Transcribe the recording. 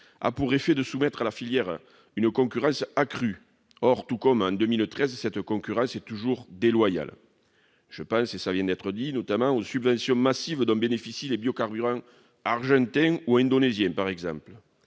a pour effet de soumettre la filière à une concurrence accrue. Or, tout comme en 2013, cette concurrence est toujours déloyale. Je pense- cela vient d'être dit -notamment aux subventions massives dont bénéficient les biocarburants argentins ou indonésiens par exemple.